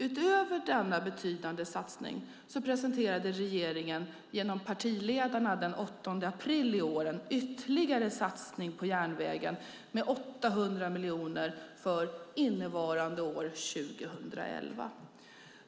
Utöver denna betydande satsning presenterade regeringen genom partiledarna den 8 april i år en ytterligare satsning på järnvägen med 800 miljoner för innevarande år, 2011.